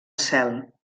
cel